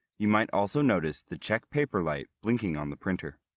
you might also notice the check paper light blinking on the printer.